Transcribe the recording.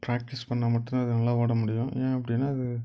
practice பண்ணால் மட்டுந்தான் அது நல்லா ஓட முடியும் ஏன் அப்படின்னா அது